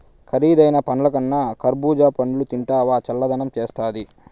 కరీదైన పండ్లకన్నా కర్బూజా పండ్లు తింటివా చల్లదనం చేస్తాది